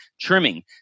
trimming